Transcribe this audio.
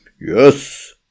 Yes